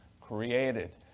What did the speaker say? created